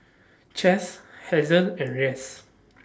Cas Hazelle and Reyes